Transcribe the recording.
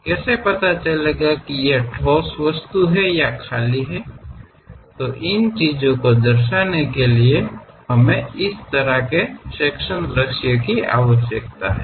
ಅದು ಘನ ವಸ್ತು ಅಥವಾ ಟೊಳ್ಳು ವಸ್ತು ಎಂದು ತಿಳಿಯಬೇಕಾದರೆ ನಮಗೆ ಈ ರೀತಿಯ ವಿಭಾಗೀಯ ವೀಕ್ಷಣೆಗಳು ಬೇಕಾಗುತ್ತವೆ